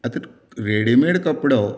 आतां रेडिमेड कपडो